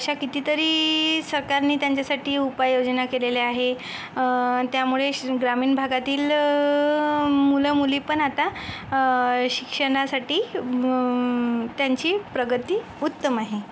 अशा कितीतरी सरकारने त्यांच्यासाठी उपाययोजना केलेल्या आहे त्यामुळे श्रीन ग्रामीण भागातील मुलं मुली पण आता शिक्षणासाठी त्यांची प्रगती उत्तम आहे